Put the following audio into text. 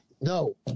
no